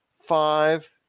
five